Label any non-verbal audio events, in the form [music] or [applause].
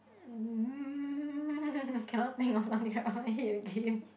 um [laughs] cannot think of something right off my head again